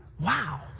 Wow